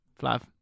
Flav